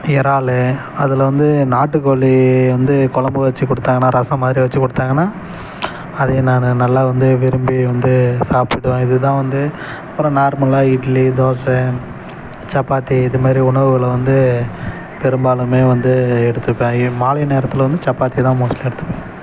இறாலு அதில் வந்து நாட்டுக் கோழி வந்து குழம்பு வச்சு கொடுத்தாங்கன்னா ரசம் மாரி வச்சி கொடுத்தாங்கன்னா அதையும் நான் நல்லா வந்து விரும்பி வந்து சாப்பிடுவேன் இதுதான் வந்து அப்பறம் நார்மலாக இட்லி தோசை சப்பாத்தி இதுமாதிரி உணவுகளை வந்து பெரும்பாலுமே வந்து எடுத்துப்பேன் மாலை நேரத்தில் வந்து சப்பாத்தி தான் மோஸ்ட்டாக எடுத்துப்பேன்